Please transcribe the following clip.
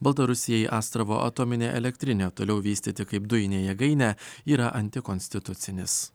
baltarusijai astravo atominę elektrinę toliau vystyti kaip dujinę jėgainę yra antikonstitucinis